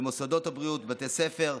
במוסדות הבריאות ובבתי הספר,